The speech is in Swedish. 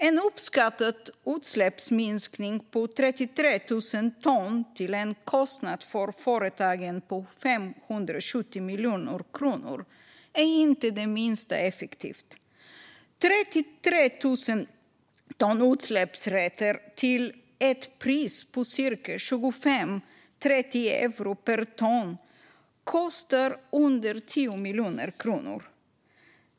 En uppskattad utsläppsminskning på 33 000 ton till en kostnad för företagen på 570 miljoner kronor är inte det minsta effektivt. Utsläppsrätter för 33 000 ton till ett pris på cirka 25-30 euro per ton kostar under 10 miljoner kronor.